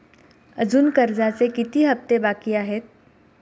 अजुन कर्जाचे किती हप्ते बाकी आहेत?